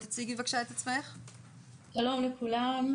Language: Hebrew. שלום כולם,